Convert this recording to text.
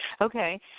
Okay